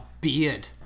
beard